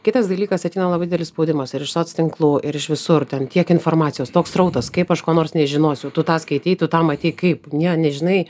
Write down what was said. kitas dalykas ateina labai didelis spaudimas ir iš soc tinklų ir iš visur ten tiek informacijos toks srautas kaip aš ko nors nežinosiu tu tą skaitei tu tą matei kaip ne nežinai